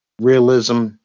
realism